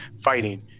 fighting